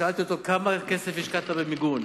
שאלתי אותו כמה כסף השקעת במיגון,